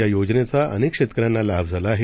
या योजनेचा अनेक शेतकऱ्यांना लाभ झाला आहे